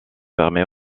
permet